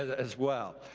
as well.